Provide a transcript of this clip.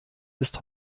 ist